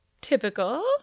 typical